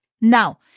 Now